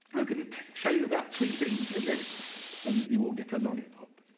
i'm going to show you about three things, and then and you will get a lollipop.